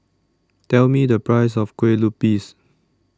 Tell Me The Price of Kueh Lupis